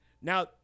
now